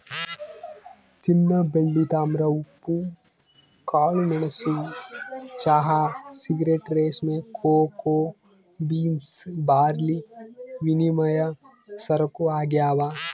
ಚಿನ್ನಬೆಳ್ಳಿ ತಾಮ್ರ ಉಪ್ಪು ಕಾಳುಮೆಣಸು ಚಹಾ ಸಿಗರೇಟ್ ರೇಷ್ಮೆ ಕೋಕೋ ಬೀನ್ಸ್ ಬಾರ್ಲಿವಿನಿಮಯ ಸರಕು ಆಗ್ಯಾವ